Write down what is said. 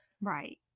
Right